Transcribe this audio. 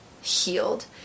healed